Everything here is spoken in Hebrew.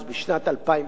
אז, בשנת 2002,